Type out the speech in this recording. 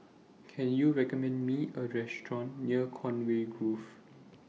Can YOU recommend Me A Restaurant near Conway Grove